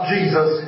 Jesus